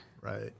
Right